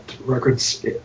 records